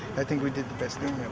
i think we did the best thing